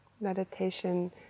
Meditation